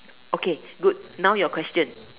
okay good now your question